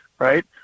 Right